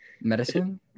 Medicine